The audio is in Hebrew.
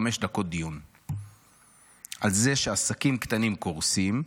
דקות דיון על זה שעסקים קטנים קורסים,